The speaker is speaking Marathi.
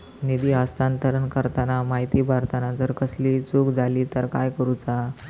निधी हस्तांतरण करताना माहिती भरताना जर कसलीय चूक जाली तर काय करूचा?